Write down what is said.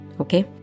okay